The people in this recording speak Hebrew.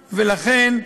ולכן,